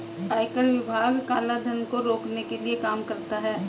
आयकर विभाग काला धन को रोकने के लिए काम करता है